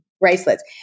Bracelets